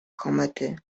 komety